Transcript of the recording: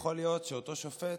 יכול להיות שאותו שופט,